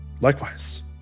Likewise